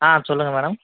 ஆ சொல்லுங்கள் மேடம்